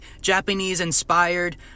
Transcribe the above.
Japanese-inspired